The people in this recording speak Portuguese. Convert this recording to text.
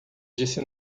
disse